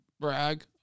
brag